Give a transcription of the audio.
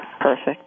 Perfect